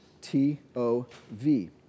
T-O-V